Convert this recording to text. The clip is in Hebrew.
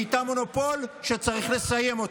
נהייתה מונופול שצריך לסיים אותו.